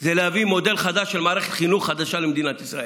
זה להביא מודל חדש של מערכת חינוך חדשה למדינת ישראל.